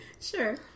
Sure